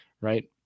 right